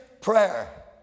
prayer